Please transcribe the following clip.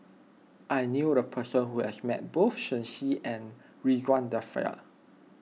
I knew a person who has met both Shen Xi and Ridzwan Dzafir